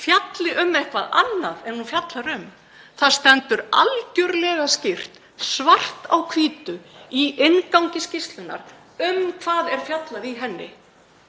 fjalli um eitthvað annað en hún fjallar um. Það stendur algjörlega skýrt og svart á hvítu í inngangi skýrslunnar um hvað er fjallað í henni.